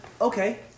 okay